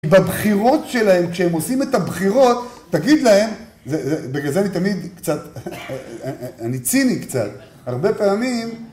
בבחירות שלהם, כשהם עושים את הבחירות, תגיד להם, בגלל זה אני תמיד קצת, אני ציני קצת, הרבה פעמים